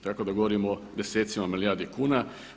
Tako da govorimo o desetima milijardi kuna.